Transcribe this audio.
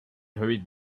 hurried